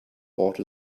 bought